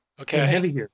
Okay